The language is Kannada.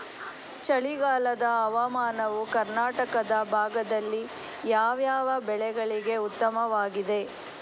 ಚಳಿಗಾಲದ ಹವಾಮಾನವು ಕರ್ನಾಟಕದ ಭಾಗದಲ್ಲಿ ಯಾವ್ಯಾವ ಬೆಳೆಗಳಿಗೆ ಉತ್ತಮವಾಗಿದೆ?